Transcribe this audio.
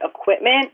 equipment